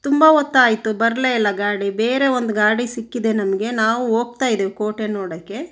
ತುಂಬ ಹೊತ್ತಾಯ್ತು ಬರಲೇ ಇಲ್ಲ ಗಾಡಿ ಬೇರೆ ಒಂದು ಗಾಡಿ ಸಿಕ್ಕಿದೆ ನಮಗೆ ನಾವು ಹೋಗ್ತಾ ಇದೀವಿ ಕೋಟೆ ನೋಡೋಕ್ಕೆ